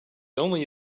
only